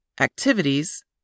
Activities